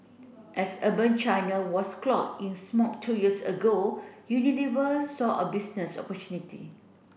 as urban China was cloaked in smog two years ago Unilever saw a business opportunity